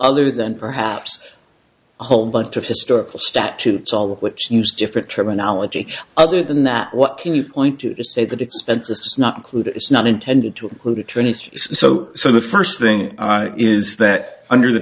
other than perhaps a whole bunch of historical statutes all of which use different terminology other than that what can you point to to say that expenses is not included it's not intended to include attorneys so so the first thing is that under the